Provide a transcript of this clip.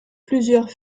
plusieurs